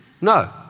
No